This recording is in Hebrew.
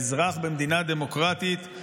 האזרח במדינה דמוקרטית,